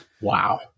Wow